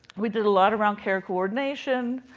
we did a lot around care coordination,